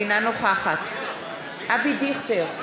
אינה נוכחת אבי דיכטר,